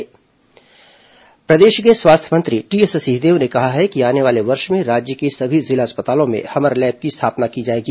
जिला अस्पताल हमर लैब प्रदेश के स्वास्थ्य मंत्री टीएस सिंहदेव ने कहा है कि आने वाले वर्ष में राज्य के सभी जिला अस्पतालों में हमर लैब की स्थापना की जाएगी